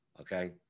Okay